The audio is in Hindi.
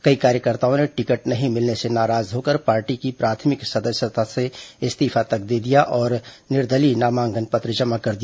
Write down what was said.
कई कार्यकर्ताओं ने टिकट नहीं मिलने से नाराज होकर पार्टी की प्राथमिक सदस्यता से इस्तीफा तक दे दिया और निर्दलीय नामांकन पत्र जमा कर दिया